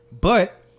But-